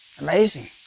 Amazing